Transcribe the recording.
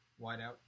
wideout